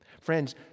Friends